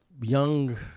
young